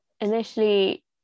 initially